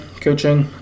coaching